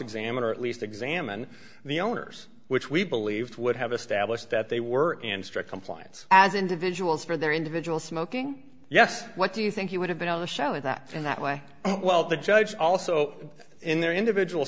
examine or at least examine the owners which we believed would have established that they were in strict compliance as individuals for their individual smoking yes what do you think you would have been on the show is that in that way well the judge also in their individual